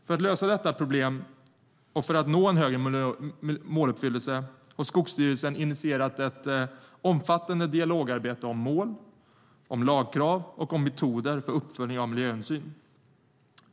För att lösa detta problem och för att nå en högre måluppfyllelse har Skogsstyrelsen initierat ett omfattande dialogarbete om mål, lagkrav och metoder för uppföljning av miljöhänsyn.